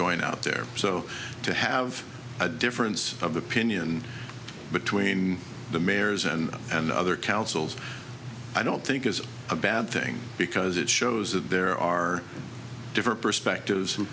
going out there so to have a difference of opinion between the mayors and and other councils i don't think is a bad thing because it shows that there are different perspectives